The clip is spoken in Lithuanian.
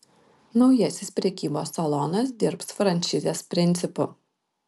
naujasis prekybos salonas dirbs franšizės principu